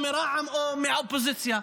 או מרע"מ או מהאופוזיציה,